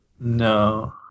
No